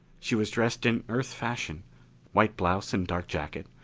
she was dressed in earth-fashion white blouse and dark jacket,